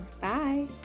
Bye